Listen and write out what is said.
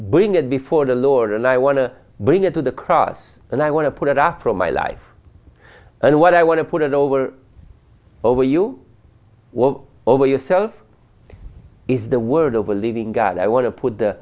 bring it before the lord and i want to bring it to the cross and i want to put it up from my life and what i want to put it over over you over yourself is the word of a living god i want to put the